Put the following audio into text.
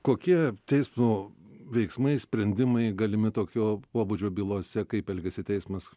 kokie teismo veiksmai sprendimai galimi tokio pobūdžio bylose kaip elgiasi teismas